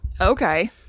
Okay